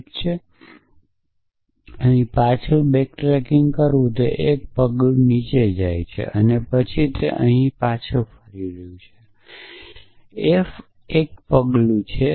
ઠીક છે અહીં પાછા બેકટ્રેકિંગ કરવું તે 1 પગલું નીચે જાય છે અને તે અહીં પાછા ફરી રહ્યું છે તે એફ 1 પગલું છે